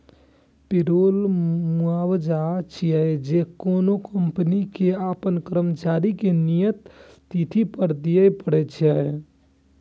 payroll मुआवजा छियै, जे कोनो कंपनी कें अपन कर्मचारी कें नियत तिथि पर दियै पड़ै छै